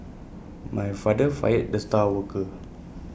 my father fired the star worker